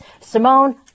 Simone